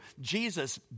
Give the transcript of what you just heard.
Jesus